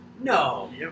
No